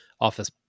Office